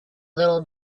little